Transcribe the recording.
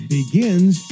begins